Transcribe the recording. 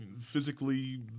physically